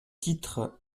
titre